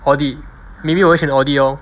audit maybe 我会选 audit lor